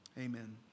Amen